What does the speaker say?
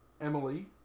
Emily